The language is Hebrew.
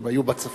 הם היו בצפון.